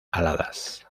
aladas